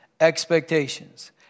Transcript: Expectations